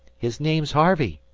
his name's harvey,